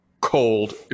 cold